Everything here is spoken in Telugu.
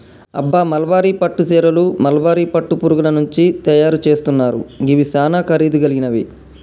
అబ్బ మల్బరీ పట్టు సీరలు మల్బరీ పట్టు పురుగుల నుంచి తయరు సేస్తున్నారు గివి సానా ఖరీదు గలిగినవి